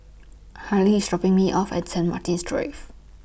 Harley IS dropping Me off At Saint Martin's Drive